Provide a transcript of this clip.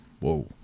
Whoa